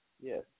Yes